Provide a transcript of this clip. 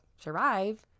survive